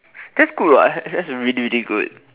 that's good that's really really good